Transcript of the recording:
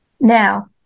Now